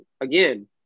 again